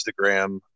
Instagram